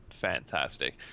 fantastic